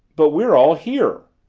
but we're all here.